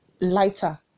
lighter